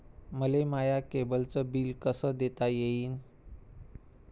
मले माया केबलचं बिल कस देता येईन?